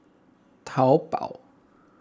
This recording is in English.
taobao